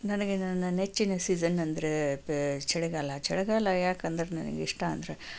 ನನಗೆ ನನ್ನ ನೆಚ್ಚಿನ ಸೀಸನ್ ಅಂದರೆ ಚಳಿಗಾಲ ಚಳಿಗಾಲ ಯಾಕೆಂದರೆ ನನಗಿಷ್ಟ ಅಂದರೆ